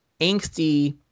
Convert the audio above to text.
angsty